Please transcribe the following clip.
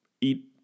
eat